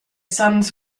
sons